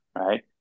right